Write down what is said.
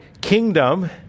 kingdom